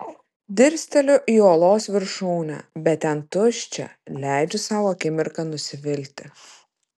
dirsteliu į uolos viršūnę bet ten tuščia leidžiu sau akimirką nusivilti